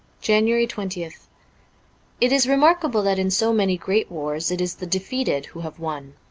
january twentieth it is remarkable that in so many great wars it is the defeated who have won.